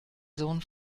sohn